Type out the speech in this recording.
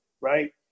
right